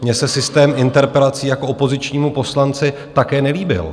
Mně se systém interpelací jako opozičnímu poslanci také nelíbil.